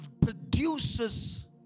produces